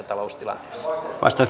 arvoisa herra puhemies